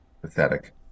pathetic